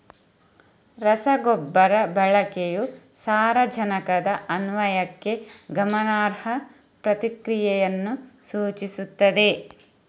ರಸಗೊಬ್ಬರ ಬಳಕೆಯು ಸಾರಜನಕದ ಅನ್ವಯಕ್ಕೆ ಗಮನಾರ್ಹ ಪ್ರತಿಕ್ರಿಯೆಯನ್ನು ಸೂಚಿಸುತ್ತದೆ